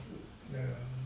the